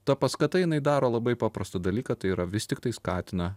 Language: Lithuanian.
ta paskata jinai daro labai paprastą dalyką tai yra vis tiktai skatina